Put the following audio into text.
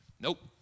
Nope